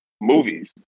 movies